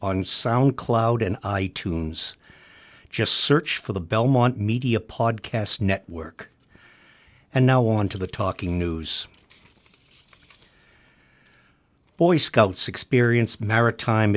on sound cloud and i tunes just search for the belmont media podcast network and now on to the talking news boy scouts experience maritime